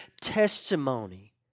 testimony